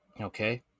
Okay